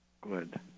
Good